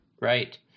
Right